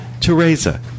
Teresa